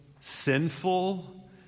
sinful